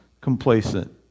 complacent